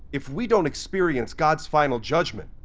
if we don't experience god's final judgment,